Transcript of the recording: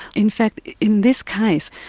in fact in this case,